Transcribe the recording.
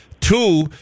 Two